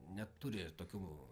neturi tokių